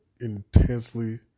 intensely